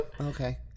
okay